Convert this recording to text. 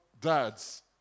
dads